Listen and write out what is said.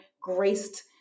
graced